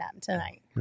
tonight